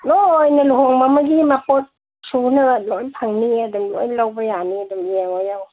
ꯂꯣꯏꯅ ꯂꯨꯍꯣꯡꯕ ꯑꯃꯒꯤ ꯃꯄꯣꯠ ꯁꯨꯅ ꯂꯣꯏ ꯐꯪꯅꯤꯌꯦ ꯑꯗꯨꯝ ꯂꯣꯏ ꯂꯧꯕ ꯌꯥꯅꯤꯌꯦ ꯑꯗꯨꯝ ꯌꯦꯡꯉꯣ ꯌꯦꯡꯉꯣ